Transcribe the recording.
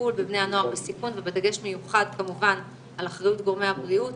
לטיפול בבני הנוער לסיכון ובדגש מיוחד כמובן על אחריות גורמי הבריאות